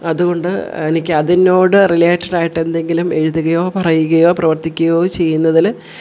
അതുകൊണ്ട് എനിക്കതിനോട് റിലേറ്റടായിട്ട് എന്തെങ്കിലും എഴുതുകയോ പറയുകയോ പ്രവർത്തിക്കുകയോ ചെയ്യുന്നതിൽ